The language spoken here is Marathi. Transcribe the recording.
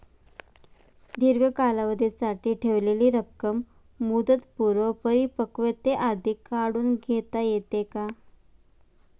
दीर्घ कालावधीसाठी ठेवलेली रक्कम मुदतपूर्व परिपक्वतेआधी काढून घेता येते का?